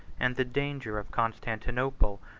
and the danger of constantinople,